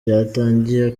byatangiye